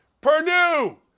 Purdue